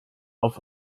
auf